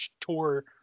tour